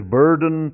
burden